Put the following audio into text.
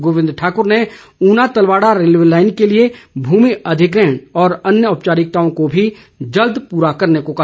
गोविंद ठाकुर ने Una Talwara railway line के लिए भूमि अधिग्रहण और अन्य औपचारिकताओं को भी जल्द पूरा करने को कहा